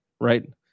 right